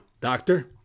Doctor